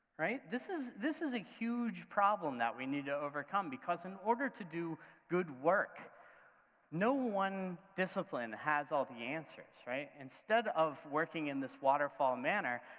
right, this is this is a huge problem that we need to overcome because in order to do good work no one discipline has all the answers, right? instead of working in this waterfall manner,